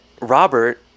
Robert